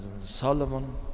Solomon